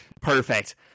perfect